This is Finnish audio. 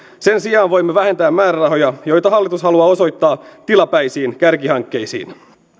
sen sijaan voimme vähentää määrärahoja joita hallitus haluaa osoittaa tilapäisiin kärkihankkeisiin